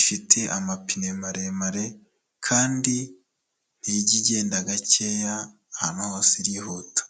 ifite amapine maremare kandi ntijya igenda gakeya ahantu hose irihuta.